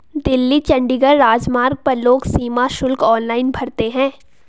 दिल्ली चंडीगढ़ राजमार्ग पर लोग सीमा शुल्क ऑनलाइन भरते हैं